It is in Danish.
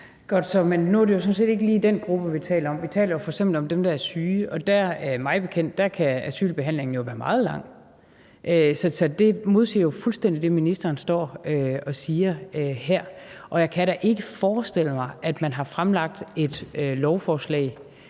sådan set ikke lige den gruppe, vi taler om; vi taler f.eks. om dem, der er syge, og der kan asylbehandlingen mig bekendt være meget lang. Så det modsiger jo fuldstændig det, ministeren står og siger her. Og jeg kan da ikke forestille mig, at man vil fremsætte et lovforslag